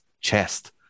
chest